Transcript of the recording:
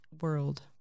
world